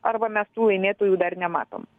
arba mes tų laimėtojų dar nematom